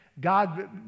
God